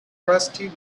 rusty